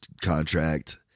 contract